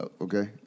Okay